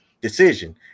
decision